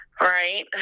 Right